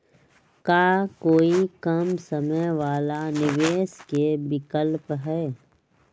का कोई कम समय वाला निवेस के विकल्प हई?